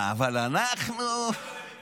אבל אנחנו, דודי,